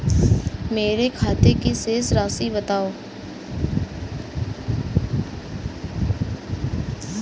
मेरे खाते की शेष राशि बताओ?